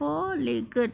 four legged